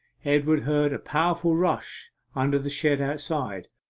edward heard a powerful rush under the shed outside,